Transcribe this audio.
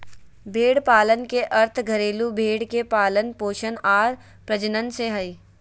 भेड़ पालन के अर्थ घरेलू भेड़ के पालन पोषण आर प्रजनन से हइ